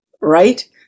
right